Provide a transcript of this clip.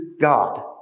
God